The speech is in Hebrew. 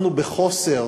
אנחנו בחוסר